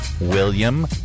William